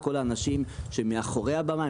שאלה כל האנשים שמאחורי הבמה,